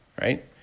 right